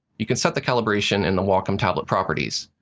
you can set the calibration in the wacom tablet properties.